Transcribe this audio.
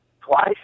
twice